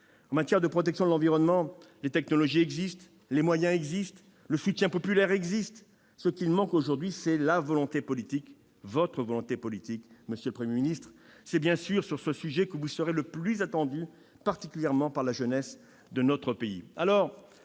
En matière de protection de l'environnement, les technologies existent, les moyens existent, le soutien populaire existe. Ce qui manque aujourd'hui, c'est la volonté politique, votre volonté politique, monsieur le Premier ministre ! C'est, bien sûr, sur ce sujet que vous serez le plus attendu, particulièrement par la jeunesse de notre pays.